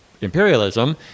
imperialism